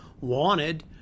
wanted